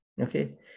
okay